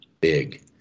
big